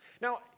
Now